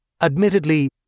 Admittedly